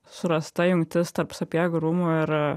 surasta jungtis tarp sapiegų rūmų ir